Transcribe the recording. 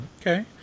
okay